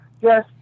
yes